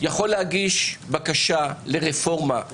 להגיש בקשה לרפורמה,